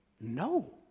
No